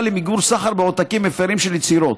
למיגור סחר בעותקים מפירים של יצירות,